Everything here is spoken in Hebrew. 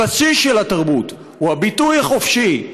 הבסיס של התרבות הוא הביטוי החופשי,